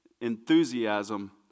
enthusiasm